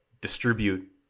distribute